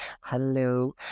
Hello